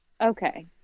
Okay